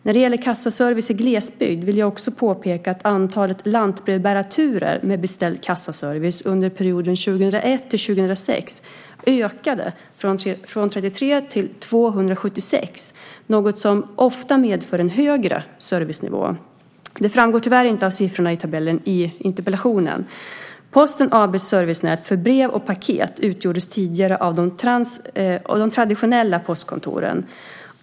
När det gäller kassaservice i glesbygd vill jag också påpeka att antalet lantbrevbärarturer med beställd kassaservice under perioden 2001-2006 ökade från 33 till 276, något som ofta medför en högre servicenivå. Det framgår tyvärr inte av siffrorna i tabellen i interpellationen. Posten AB:s servicenät för brev och paket utgjordes tidigare av de traditionella postkontoren.